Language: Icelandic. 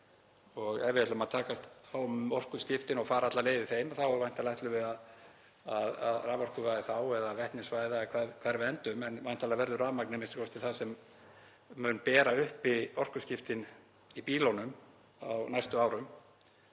Ef við ætlum að takast á um orkuskiptin og fara alla leið í þeim þá væntanlega ætlum við að raforkuvæða eða vetnisvæða eða hvar við endum en væntanlega verður rafmagnið a.m.k. það sem mun bera uppi orkuskiptin í bílunum á næstu árum.